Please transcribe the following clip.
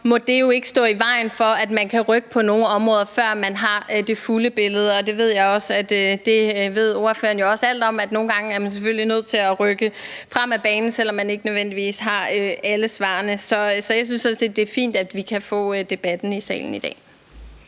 så skal det stå i vejen for, at man kan rykke på nogle områder, før man har det fulde billede. Jeg ved også, at ordføreren jo ved alt om, at man nogle gange selvfølgelig er nødt til rykke frem ad banen, selv om man ikke nødvendigvis har alle svarene. Så jeg synes sådan set, det er fint, at vi kan få debatten i salen i dag.